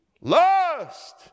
Lust